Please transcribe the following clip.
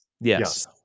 Yes